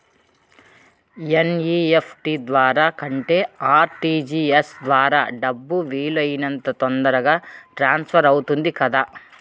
NEFT ద్వారా కంటే RTGS ద్వారా డబ్బు వీలు అయినంత తొందరగా ట్రాన్స్ఫర్ అవుతుంది కదా